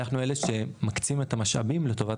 אנחנו אלה שמקצים את המשאבים לטובת